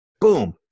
Boom